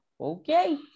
Okay